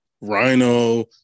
Rhino